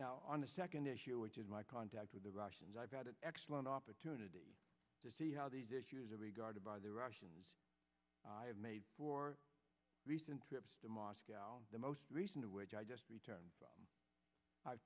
now on the second issue which is my contact with the russians i've got an excellent opportunity to see how these issues are regarded by the russians i have made for recent trips to moscow the most recent of which i just returned from i've